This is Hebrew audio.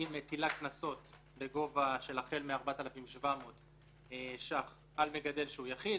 היא מטילה קנסות בגובה של החל מ-4,700 שקלים על מגדל יחיד,